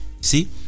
see